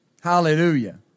Hallelujah